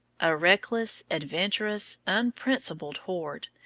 a reckless, adventurous, unprincipled horde,